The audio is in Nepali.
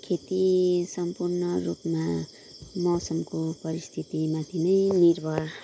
खेती सम्पूर्ण रूपमा मौसमको परिस्थितिमाथि नै निर्भर